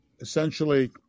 essentially